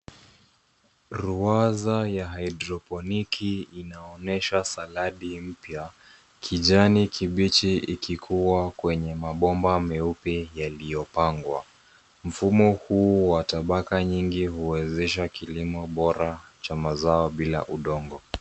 Ruwaza ya haidroponiki inaonyesha saladi mpya, kijani kibichi ikikuwa kwenye mabomba meupe yaliyopangwa. Mfumo huu wa tabaka nyingi huwezesha kilimo bora cha mazao bila udongo.